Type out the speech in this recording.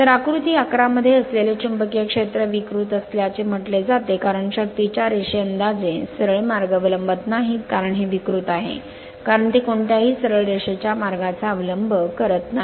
तर आकृती 11 मध्ये असलेले चुंबकीय क्षेत्र विकृत असल्याचे म्हटले जाते कारण शक्तीच्या रेषे अंदाजे सरळ मार्ग अवलंबत नाहीत कारण हे विकृत आहे कारण ते कोणत्याही सरळ रेषेच्या मार्गाचा अवलंब करीत नाही